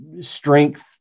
strength